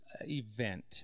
Event